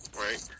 right